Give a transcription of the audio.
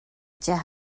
deich